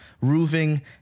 roofing